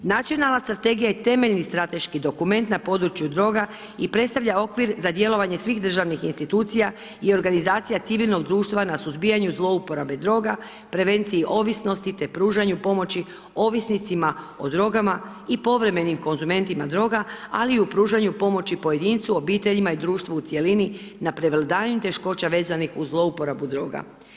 Nacionalna strategija je temeljni strateški dokument na području droga i predstavlja okvir za djelovanje svih državnih institucija i organizacija civilnog društva na suzbijanju zlouporabe, prevenciju ovisnosti te pružanje pomoći ovisnicima o drogama i povremenim konzumentima droga, ali i pružanju pomoći pojedincu, obiteljima i društvu u cjelini, na prevladavanju teškoća vezanih uz zlouporabu droga.